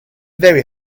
very